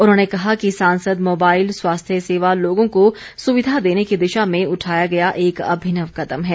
उन्होंने कहा कि सांसद मोबाइल स्वास्थ्य सेवा लोगों को सुविधा देने की दिशा में उठाया गया एक अभिनव कदम है